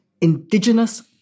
indigenous